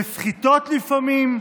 בסחיטות לפעמים,